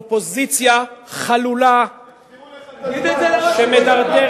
אופוזיציה חלולה שמדרדרת,